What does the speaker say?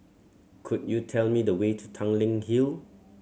could you tell me the way to Tanglin Hill